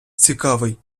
цікавий